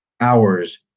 hours